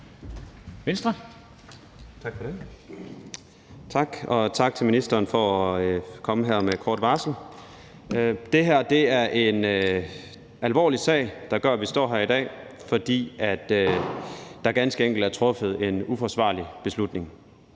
det, og tak til ministeren for at komme her med kort varsel. Det her er en alvorlig sag, der gør, at vi står her i dag, fordi der ganske enkelt er truffet en uforsvarlig beslutning.